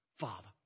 Father